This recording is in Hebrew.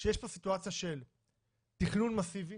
שיש פה סיטואציה של תכלול מאסיבי